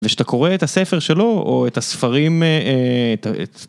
ושאתה קורא את הספר שלו או את הספרים